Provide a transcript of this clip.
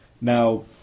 Now